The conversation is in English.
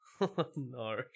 no